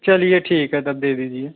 चलिए ठीक है तब दे दीजिए